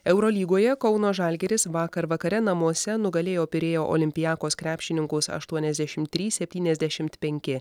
eurolygoje kauno žalgiris vakar vakare namuose nugalėjo pirėjo olympiakos krepšininkus aštuoniasdešimt trys septyniasdešimt penki